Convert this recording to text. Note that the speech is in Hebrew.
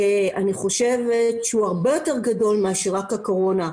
שאני חושבת שהוא הרבה יותר גדול מאשר רק הקורונה.